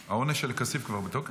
העונש לכסיף כבר בתוקף?